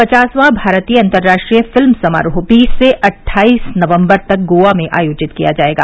पचासवां भारतीय अंतर्राष्ट्रीय फिल्म समारोह बीस से अट्ठाईस नवंबर तक गोवा में आयोजित किया जायेगा